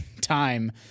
time